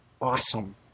awesome